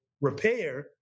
repair